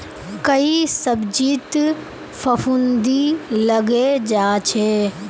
कई सब्जित फफूंदी लगे जा छे